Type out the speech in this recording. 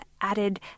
added